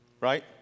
right